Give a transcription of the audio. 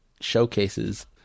showcases